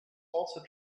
also